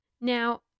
Now